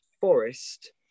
Forest